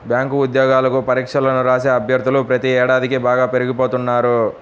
bank ఉద్యోగాలకు పరీక్షలను రాసే అభ్యర్థులు ప్రతి ఏడాదికీ బాగా పెరిగిపోతున్నారు